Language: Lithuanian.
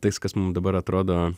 tais kas mum dabar atrodo